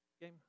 game